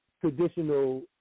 traditional